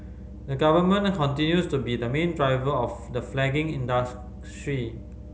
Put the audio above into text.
the Government are continues to be the main driver of the flagging